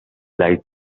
light